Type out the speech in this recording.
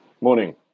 Morning